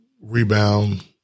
Rebound